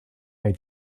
may